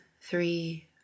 three